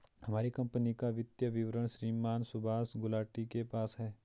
हमारी कम्पनी का वित्तीय विवरण श्रीमान सुभाष गुलाटी के पास है